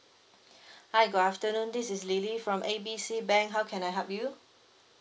hi good afternoon this is lily from A B C bank how can I help you